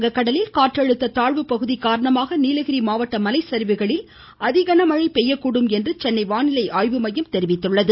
வங்க கடலில் காற்றழுத்த தாழ்வுபகுதி காரணமாக நீலகிரி மாவட்ட மலை சரிவுகளில் அதி கனமழை பெய்யக்கூடும் என்று சென்னை வானிலை ஆய்வு மையம் தெரிவித்துள்ளது